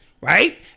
Right